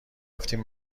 رفتیم